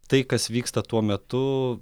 tai kas vyksta tuo metu